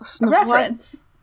reference